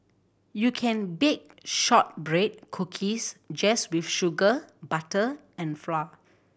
you can bake shortbread cookies just with sugar butter and flour